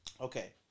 Okay